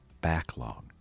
backlog